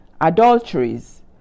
adulteries